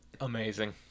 Amazing